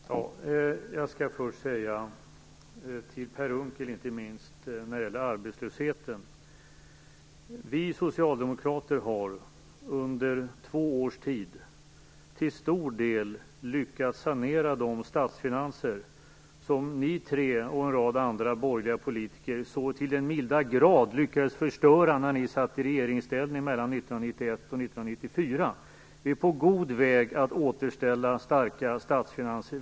Fru talman! Jag skall först vända mig till Per Unckel inte minst när det gäller arbetslösheten. Vi socialdemokrater har under två års tid till stor del lyckats sanera de statsfinanser som ni tre och en rad andra borgerliga politiker så till den milda grad lyckades förstöra när ni satt i regeringsställning mellan 1991 och 1994. Vi är på god väg att återställa starka statsfinanser.